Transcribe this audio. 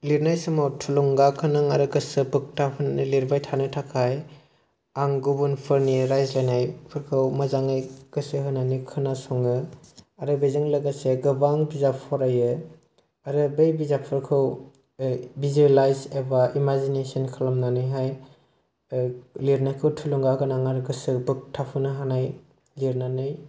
लिरनाय समाव थुलुंगा खां आरो गोसो बोगथाब होनाय लिरबाय थानो थाखाय आं गुबुनफोरनि रायज्लायनायफोरखौ मोजाङै गोसो होनानै खोनासङो आरो बेजों लोगोसे गोबां बिजाब फरायो आरो बै बिजाबफोरखौ भिजुवेलाइस एबा इमाजिनेसन खालामनानैहाय लिरनायखौ थुलुंगा गोनां आरो बोगथाब होनो हानाय लिरनानै